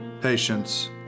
patience